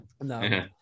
no